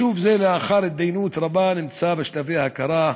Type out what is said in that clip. יישוב זה, לאחר התדיינות רבה, נמצא בשלבי הכרה,